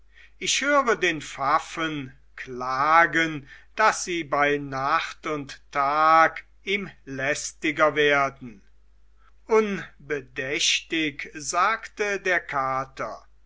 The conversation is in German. ich höre den pfaffen klagen daß sie bei nacht und tag ihm lästiger werden unbedächtig sagte der kater